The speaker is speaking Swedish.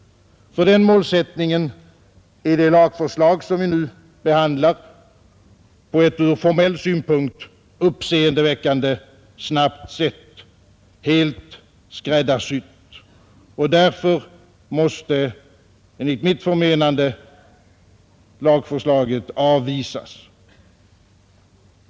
För den målsättningen är det lagförslag, som vi nu behandlar på ett ur formell synpunkt uppseendeväckande snabbt sätt, helt skräddarsytt, och därför måste enligt mitt förmenande lagförslaget avvisas.